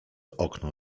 okno